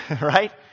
Right